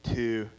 two